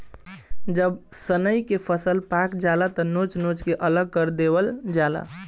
जब सनइ के फसल पाक जाला त नोच नोच के अलग कर देवल जाला